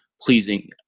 pleasing